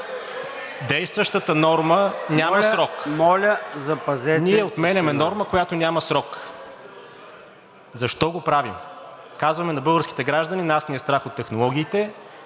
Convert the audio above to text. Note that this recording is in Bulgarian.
Действащата норма няма срок. Ние отменяме норма, която няма срок. Защо го правим? Казваме на българските граждани: нас ни е страх от технологиите,